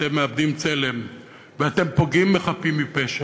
שבה אתם מאבדים צלם ואתם פוגעים בחפים מפשע,